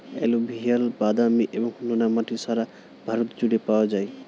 alluvial, বাদামি এবং নোনা মাটি সারা ভারত জুড়ে পাওয়া যায়